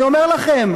אני אומר לכם,